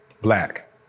black